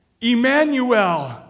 Emmanuel